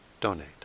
donate